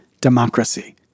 democracy